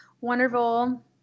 wonderful